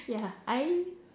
ya I